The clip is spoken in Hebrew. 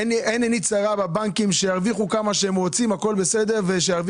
אין עיני צרה בבנקים, שירוויחו כמה שרוצים וביושר.